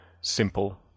Simple